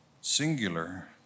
singular